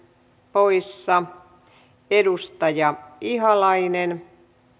poissa edustaja ihalainen